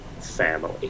family